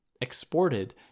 exported